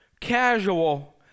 casual